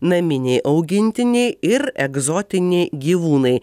naminiai augintiniai ir egzotiniai gyvūnai